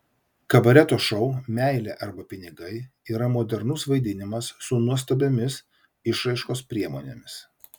kabareto šou meilė arba pinigai yra modernus vaidinimas su nuostabiomis išraiškos priemonėmis